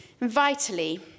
Vitally